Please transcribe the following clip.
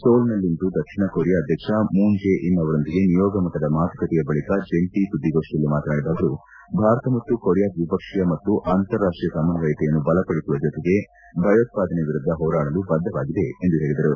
ಸೋಲ್ನಲ್ಲಿಂದು ದಕ್ಷಿಣ ಕೊರಿಯಾ ಅಧ್ಯಕ್ಷ Moon Jae In ಅವರೊಂದಿಗೆ ನಿಯೋಗ ಮಟ್ಟದ ಮಾತುಕತೆಯ ಬಳಿಕ ಜಂಟ ಸುದ್ದಿಗೋಷ್ಠಿಯಲ್ಲಿ ಮಾತನಾಡಿದ ಅವರು ಭಾರತ ಮತ್ತು ಕೊರಿಯಾ ದ್ವಿಪಕ್ಷೀಯ ಮತ್ತು ಅಂತಾರಾಷ್ಟೀಯ ಸಮನ್ವಯತೆಯನ್ನು ಬಲಪಡಿಸುವ ಜೊತೆಗೆ ಭಯೋತ್ಪಾದನೆ ವಿರುದ್ದ ಹೋರಾಡಲು ಬದ್ದವಾಗಿದೆ ಎಂದು ಹೇಳಿದರು